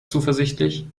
zuversichtlich